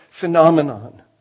phenomenon